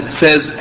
says